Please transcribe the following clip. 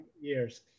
years